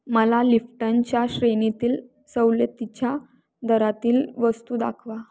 मला लिफ्टनच्या श्रेणीतील सवलतीच्या दरातील वस्तू दाखवा